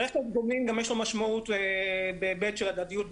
לרכש גומלין יש גם משמעות בהיבט של הדדיות בסחר.